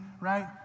right